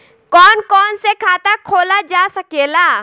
कौन कौन से खाता खोला जा सके ला?